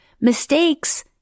Mistakes